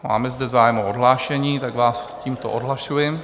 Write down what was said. Máme zde zájem o odhlášení, tak vás tímto odhlašuji.